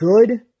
good